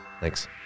Thanks